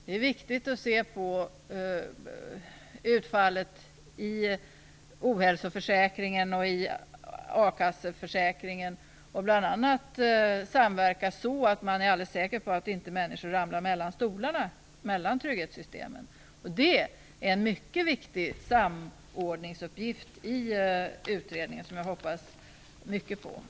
Det är viktigt att se på utfallet i ohälsoförsäkringen och i a-kasseförsäkringen och bl.a. samverka, så att man är alldeles säker på att människor inte ramlar mellan stolarna, mellan trygghetssystemen. Detta är en mycket viktig samordningsuppgift i utredningen som jag hoppas mycket på.